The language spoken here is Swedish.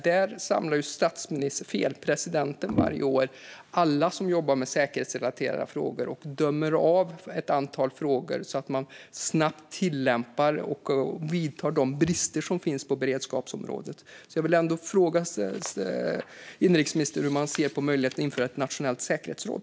Där samlar presidenten varje år alla som jobbar med säkerhetsrelaterade frågor och dömer av ett antal frågor, så att man snabbt vidtar åtgärder mot de brister som finns på beredskapsområdet. Jag vill fråga inrikesministern hur han ser på möjligheten att införa ett nationellt säkerhetsråd.